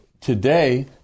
today